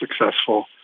successful